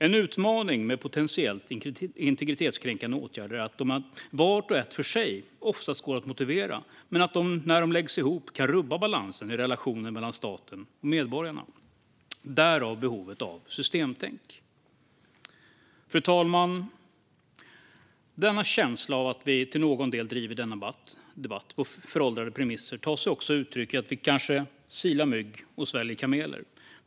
En utmaning med potentiellt integritetskränkande åtgärder är att de var och en för sig oftast går att motivera men att de när de läggs ihop kan rubba balansen i relationen mellan staten och medborgarna. Därav behovet av systemtänk. Fru talman! Denna känsla av att vi till någon del driver denna debatt på föråldrade premisser tar sig också uttryck i att vi kanske silar mygg och sväljer kameler.